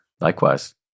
Likewise